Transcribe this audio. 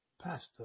pastor